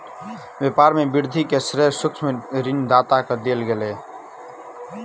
व्यापार में वृद्धि के श्रेय सूक्ष्म ऋण दाता के देल गेल